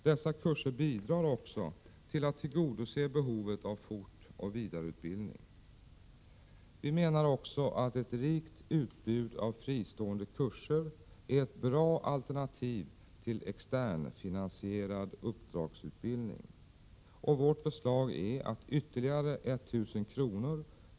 Dessa kurser bidrar också till att tillgodose behovet av fortoch vidareutbildning. Vi menar också att ett rikt utbud av fristående kurser är ett bra alternativ till externfinansierad uppdragsutbildning. Vårt förslag är att ytterligare 1 000 kr.